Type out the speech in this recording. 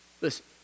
Listen